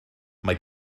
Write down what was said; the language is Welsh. mae